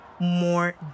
more